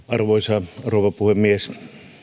arvoisa rouva puhemies